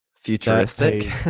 futuristic